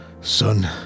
son